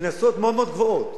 קנסות מאוד מאוד גבוהים,